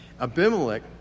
Abimelech